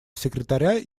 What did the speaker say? секретаря